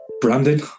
Brandon